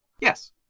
Yes